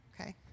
okay